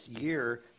year